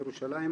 ירושלים,